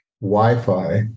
Wi-Fi